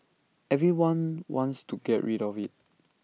everyone wants to get rid of IT